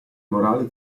morale